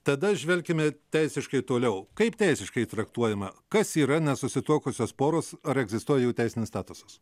tada žvelkime teisiškai toliau kaip teisiškai traktuojama kas yra nesusituokusios poros ar egzistuoja jų teisinis statusas